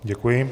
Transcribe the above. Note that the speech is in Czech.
Děkuji.